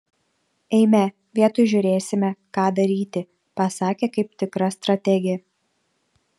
eime vietoj žiūrėsime ką daryti pasakė kaip tikra strategė